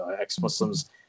Ex-Muslims